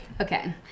Okay